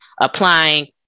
applying